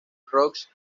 ross